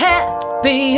Happy